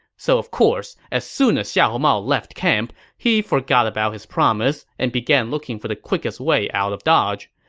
so of course, as soon as xiahou mao left camp, he forgot about his promise and began looking for the quickest way out of dodge,